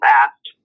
asked